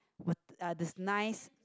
wit~ uh this nice